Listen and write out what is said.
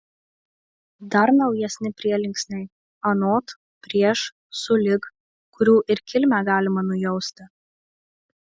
dar naujesni prielinksniai anot prieš sulig kurių ir kilmę galima nujausti